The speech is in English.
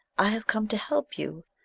i have come to help you.